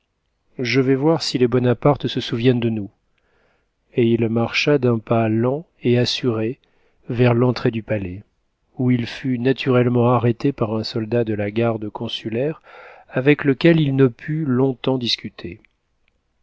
je vais voir si les bonaparte se souviennent de nous et il marcha d'un pas lent et assuré vers l'entrée du palais où il fut naturellement arrêté par un soldat de la garde consulaire avec lequel il ne put long-temps discuter